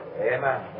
Amen